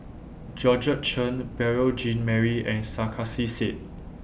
Georgette Chen Beurel Jean Marie and Sarkasi Said